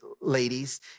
ladies